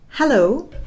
Hello